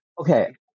Okay